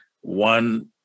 one